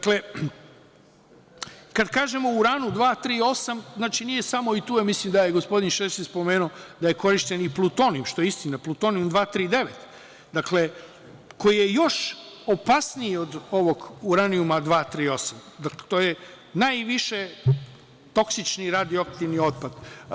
Kad kažemo – uranijum 238, znači nije samo, a i tu mislim da je gospodin Šešelj spomenuo da je korišćen i plutonijum, što je istina, plutonijum 239, koji je još opasniji od ovog uranijuma 238, to je najviše toksični radioaktivni otpad.